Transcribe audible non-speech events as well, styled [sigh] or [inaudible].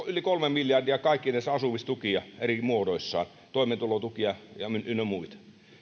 [unintelligible] yli kolme miljardia kaikkinensa asumistukia eri muodoissaan toimeentulotukia ynnä muita